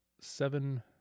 seven